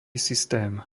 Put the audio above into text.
systém